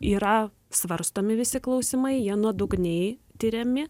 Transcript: yra svarstomi visi klausimai jie nuodugniai tiriami